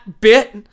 bit